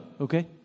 Okay